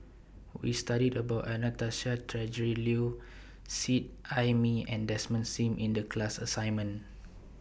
We studied about Anastasia Tjendri Liew Seet Ai Mee and Desmond SIM in The class assignment